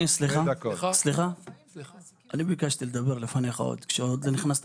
אני מלווה את הוועדה הזאת